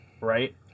right